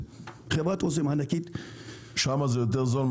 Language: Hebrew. חברת אסם הענקית --- שם זה יותר זול.